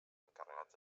encarregats